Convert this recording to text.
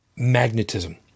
magnetism